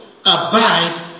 abide